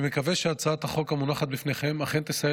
אני מקווה שהצעת החוק המונחת בפניכם אכן תסייע